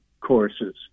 courses